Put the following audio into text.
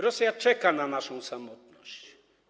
Rosja czeka na naszą samotność.